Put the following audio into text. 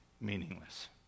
Meaningless